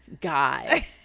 guy